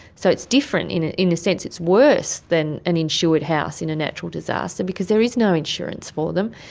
so it's different, in ah in a sense it's worse than an insured house in a natural disaster because there is no insurance for them.